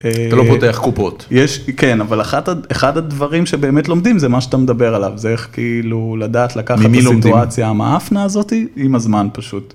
אתה לא פותח קופות יש כן אבל אחת הדברים שבאמת לומדים זה מה שאתה מדבר עליו זה איך כאילו לדעת לקחת את הסיטואציה המאפנה הזאת עם הזמן פשוט.